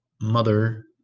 mother